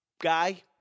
guy